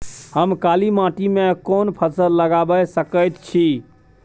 हम काला माटी में कोन फसल लगाबै सकेत छी?